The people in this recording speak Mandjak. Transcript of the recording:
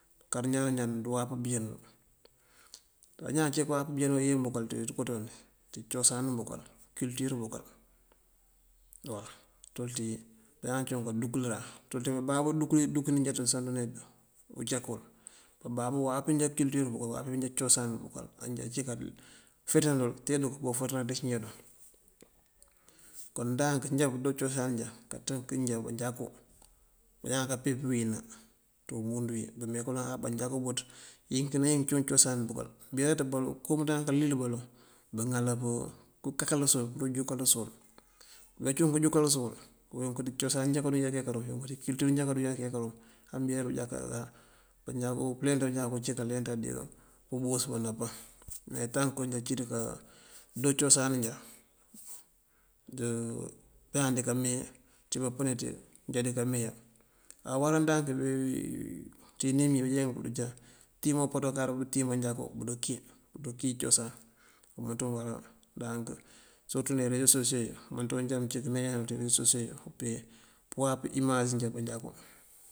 Kara ñaan o ñaan ndú wáap bëyeenul. Bañaan cí këwáap iyeen bëkal ţí ţëko ţondí ţí cosan bukal kultur bukal waw. Tulţí bañaan cúun kadúkëlër ţulţí bábabú dukëna njá ţuŋ sá dune ucak wul. Bábabú wáap njá kultur bakal wáap cosan bukal anjá cíká feţanul te dul bofaţ na dicí njá duŋ. Kon ndank njá pëdo cosan njá kaţënk njá banjakú. Bañaan kape pëwíina ţí umundu wí bëme kaloŋ á banjakú buţ yink náyink cúun cosan búkul. Mbëraţ baloŋ kowu mënţ wuŋ kalil baloŋ bëŋal përú kakalës wul përu júkalës wul. We cúun pëdu júkalës wul yuŋ dí cosan njá karuŋ yá këyá bërúm, kultur njá karuŋ yá këyá bërúm. Ambeer ujáka banjakú pëleenţ manjakú cí kaleenţa dí pëboos paŋ nápaŋ. Me tank onjá cíiţ kado cosan njá de ñaan dika mee ţí papëni ţí njá dika meeya. Awará ndáak ţí inim yí badeenk bëjá pëtúman upaţ bakáaţ bëtíim banjaká bëdukí bëdukí cosan wú mënţëwuŋ wará ndank. Surëtú ná ireso sosiyo yí yëmënţ yuŋ já mëncí këneejan yul ţí ireso sosiyo yí ipe pëwáap imas njá manjakú.